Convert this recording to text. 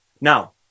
Now